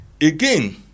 again